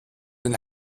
den